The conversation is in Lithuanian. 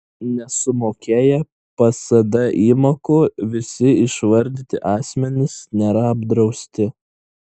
nesumokėję psd įmokų visi išvardyti asmenys nėra apdrausti